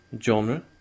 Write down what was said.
genre